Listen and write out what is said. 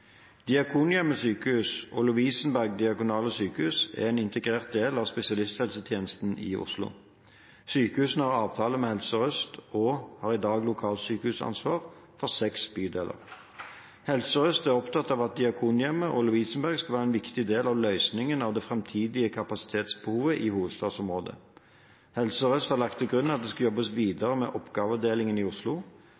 Diakonhjemmet Sykehus og Lovisenberg Diakonale Sykehus er en integrert del av spesialisthelsetjenesten i Oslo. Sykehusene har avtale med Helse Sør-Øst og har i dag lokalsykehusansvar for seks bydeler. Helse Sør-Øst er opptatt av at Diakonhjemmet og Lovisenberg skal være en viktig del av løsningen av det framtidige kapasitetsbehovet i hovedstadsområdet. Helse Sør-Øst har lagt til grunn at det skal jobbes